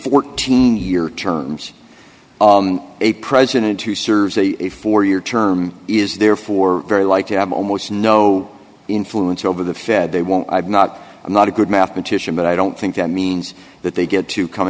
fourteen year terms a president who serves a four year term is therefore very likely have almost no influence over the fed they won't i've not i'm not a good mathematician but i don't think that means that they get to come